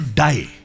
die